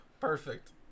Perfect